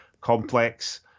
complex